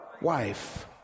Wife